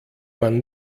man